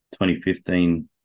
2015